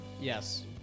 Yes